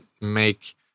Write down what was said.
make